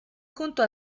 junto